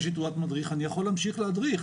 יש לי תעודת מדריך ואני יכול להמשיך להדריך,